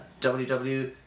www